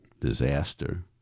disaster